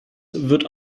wird